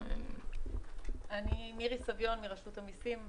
אני מרשות המסים.